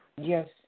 Yes